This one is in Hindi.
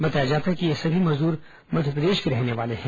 बताया जाता है कि ये सभी मजदूर मध्यप्रदेश के रहने वाले हैं